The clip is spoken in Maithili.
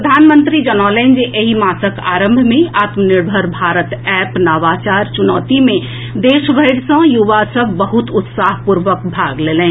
प्रधानमंत्री जनौलनि जे एहि मासक आरंभ मे आत्मनिर्भर भारत एप नवाचार चुनौती मे देशभरि सँ युवा सभ बहुत उत्साहपूर्वक भाग लेलनि